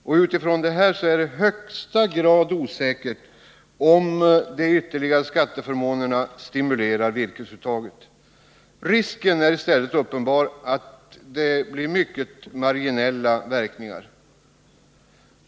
Med hänsyn härtill är det i högsta grad osäkert om dessa ytterligare skatteförmåner stimulerar virkesuttaget. Risken är i stället uppenbar att det blir mycket marginella verkningar.